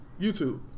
YouTube